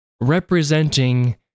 representing